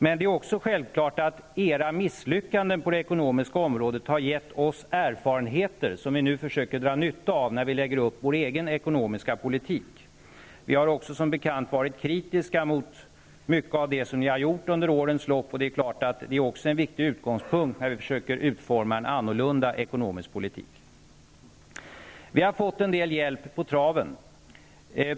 Men det är också självklart att socialdemokraternas misslyckanden på det ekonomiska området har gett oss erfarenheter som vi nu försöker dra nytta av när vi lägger upp vår egen ekonomiska politik. Vi har också, som bekant, varit kritiska mot mycket av det som ni har gjort under årens lopp. Det är också en viktig utgångspunkt när vi fösöker utforma en annorlunda ekonomisk politik. Vi har fått en del hjälp på traven.